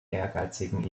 ehrgeizigen